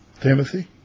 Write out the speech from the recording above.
Timothy